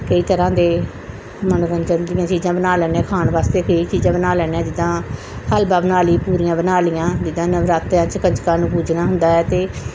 ਕਈ ਤਰ੍ਹਾਂ ਦੇ ਮੰਨੋਰੰਜਨ ਦੀਆਂ ਚੀਜ਼ਾਂ ਬਣਾ ਲੈਂਦੇ ਹਾਂ ਖਾਣ ਵਾਸਤੇ ਕਈ ਚੀਜ਼ਾਂ ਬਣਾ ਲੈਂਦੇ ਹਾਂ ਜਿੱਦਾਂ ਹਲਵਾ ਬਣਾ ਲਈ ਪੂਰੀਆਂ ਬਣਾ ਲਈਆਂ ਜਿੱਦਾਂ ਨਵਰਾਤਰਿਆਂ 'ਚ ਕੰਜਕਾਂ ਨੂੰ ਪੂਜਣਾ ਹੁੰਦਾ ਹੈ ਅਤੇ